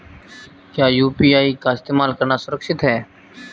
क्या यू.पी.आई का इस्तेमाल करना सुरक्षित है?